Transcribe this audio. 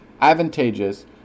advantageous